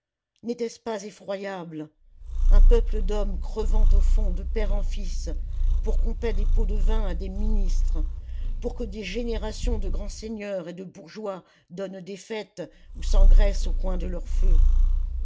n'était-ce pas effroyable un peuple d'hommes crevant au fond de père en fils pour qu'on paie des pots de vin à des ministres pour que des générations de grands seigneurs et de bourgeois donnent des fêtes ou s'engraissent au coin de leur feu